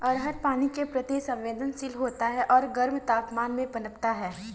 अरहर पानी के प्रति संवेदनशील होता है और गर्म तापमान में पनपता है